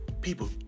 People